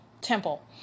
temple